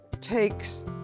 takes